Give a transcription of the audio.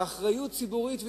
באחריות ציבורית ואישית,